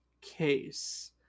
case